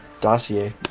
dossier